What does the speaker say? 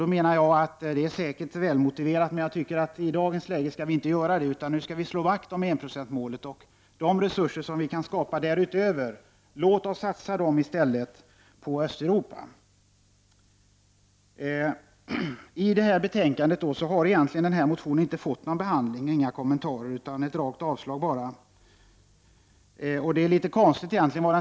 Jag menar att det säkert är välmotiverat, men jag tycker att i dagens läge skall vi inte göra det, utan nu skall vi slå vakt om enprocentsmålet. Låt oss i stället satsa de resurser som vi kan skapa därutöver på Östeuropa. I betänkandet har den här motionen egentligen inte fått någon behandling och inga kommentarer utan bara ett rakt avslagsyrkande. Det är litet konstigt.